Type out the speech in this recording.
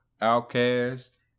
Outcast